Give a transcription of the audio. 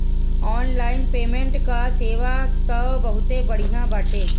online payment कअ सेवा तअ बहुते बढ़िया बाटे